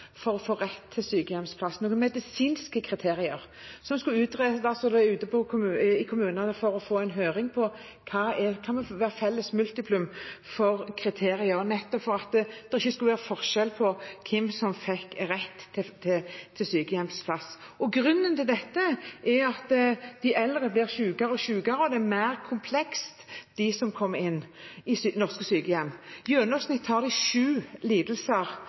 for å få rett til sykehjemsplass, noen medisinske kriterier som skulle utredes, og være ute i kommunene for å få en høring om hva som kan være felles multiplum for kriterier, nettopp for at det ikke skulle være forskjell på hvem som fikk rett til sykehjemsplass. Grunnen til dette er at de eldre blir sykere og sykere, og de som kommer inn i norske sykehjem, er mer komplekse. I gjennomsnitt har de sju lidelser